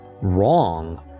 wrong